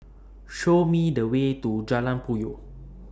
Show Me The Way to Jalan Puyoh